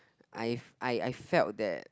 I I I felt that